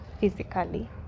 physically